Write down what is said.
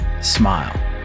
Smile